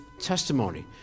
testimony